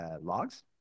logs